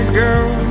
girl